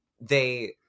They-